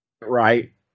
right